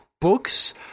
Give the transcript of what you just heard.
books